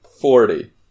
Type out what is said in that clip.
Forty